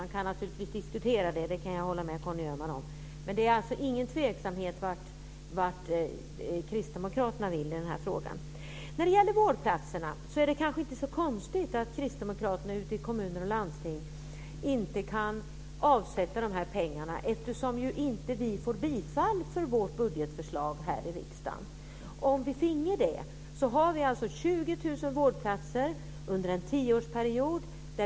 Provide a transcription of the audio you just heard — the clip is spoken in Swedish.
Man kan naturligtvis diskutera det; där kan jag hålla med Conny Öhman. Men det är alltså ingen tvekan om vad kristdemokraterna vill i den här frågan. När det gäller vårdplatserna är det kanske inte så konstigt att kristdemokraterna ute i kommuner och landsting inte kan avsätta de här pengarna, eftersom vi ju inte får bifall för vårt budgetförslag här i riksdagen. Om vi finge det har vi alltså 20 000 vårdplatser under en tioårsperiod.